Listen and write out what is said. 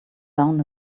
down